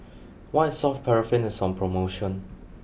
White Soft Paraffin is on promotion